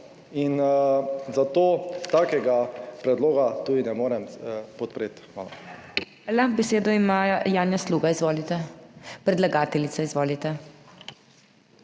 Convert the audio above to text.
in zato takega predloga tudi ne morem podpreti. Hvala.